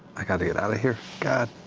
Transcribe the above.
i got to get out of here, god.